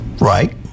Right